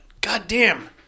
goddamn